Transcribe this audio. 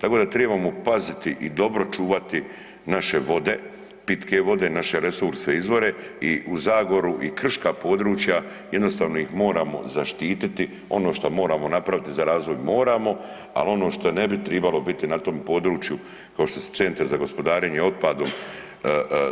Tako da tribamo paziti i dobro čuvati naše vode, pitke vode, naše resurse i izvore i u Zagoru i krška područja jednostavno ih moramo zaštititi, ono što moramo napraviti za razvoj moramo, al ono što ne bi tribalo biti na tom području kao što su CGO